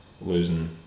losing